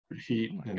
heat